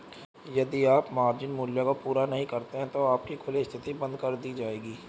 यदि आप मार्जिन मूल्य को पूरा नहीं करते हैं तो आपकी खुली स्थिति बंद कर दी जाएगी